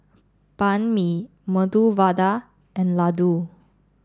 Banh Mi Medu Vada and Ladoo